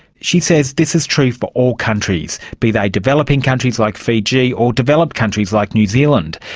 she says this is true for all countries, be they developing countries like fiji, or developed countries like new zealand.